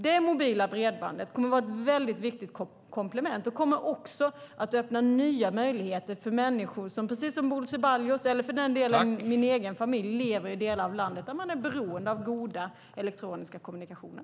Det mobila bredbandet kommer att vara ett viktigt komplement och kommer också att öppna nya möjligheter för människor som precis som Bodil Ceballos och min egen familj lever i delar av landet där man är beroende av goda elektroniska kommunikationer.